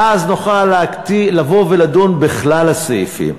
ואז נוכל לבוא ולדון בכלל הסעיפים.